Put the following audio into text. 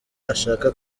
ashaka